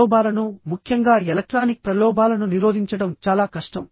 ప్రలోభాలను ముఖ్యంగా ఎలక్ట్రానిక్ ప్రలోభాలను నిరోధించడం చాలా కష్టం